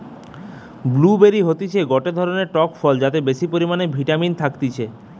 blue বেরি হতিছে গটে ধরণের টক ফল যাতে বেশি পরিমানে ভিটামিন থাকতিছে